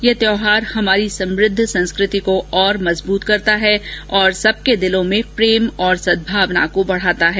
ये त्योहार हमारी समुद्ध संस्कृति को और मजबूत करता है और सबके दिलों में प्रेम और सद्भावना को बढ़ाता है